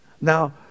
Now